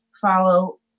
follow